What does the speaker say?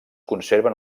conserven